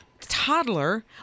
Toddler